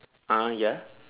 ah ya